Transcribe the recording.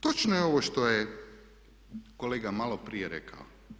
Točno je ovo što je kolega malo prije rekao.